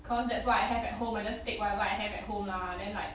cause that's what I have at home I just take whatever I have at home lah then like